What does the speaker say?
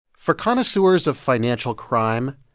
for connoisseurs of financial crime,